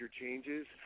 changes